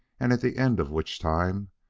and at the end of which time,